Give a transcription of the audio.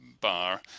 Bar